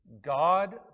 God